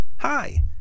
Hi